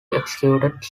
executed